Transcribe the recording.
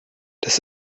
das